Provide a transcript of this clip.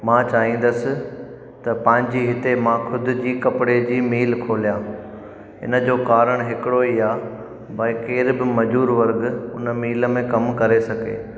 मां चाहींदुसि त पंहिंजी हिते मां ख़ुद जी कपिड़े जी मील खोलिया इन जो कारण हिकिड़ो ई आहे भई केर बि मजदूर वर्ग उन मिल में कमु करे सघे